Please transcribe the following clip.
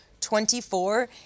24